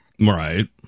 Right